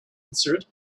answered